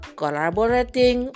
collaborating